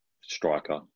striker